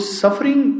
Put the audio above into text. suffering